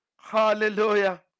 Hallelujah